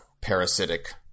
parasitic